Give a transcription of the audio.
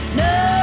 no